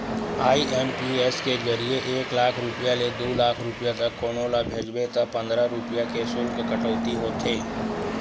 IMPS के जरिए एक लाख रूपिया ले दू लाख रूपिया तक कोनो ल भेजबे त पंद्रह रूपिया के सुल्क कटउती होथे